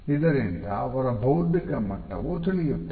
ಇದರಿಂದ ಅವರ ಬೌಧಿಕ ಮಟ್ಟವೂ ತಿಳಿಯುತ್ತದೆ